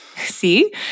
See